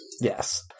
Yes